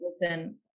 listen